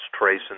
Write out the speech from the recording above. tracing